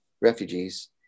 refugees